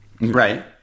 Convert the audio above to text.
Right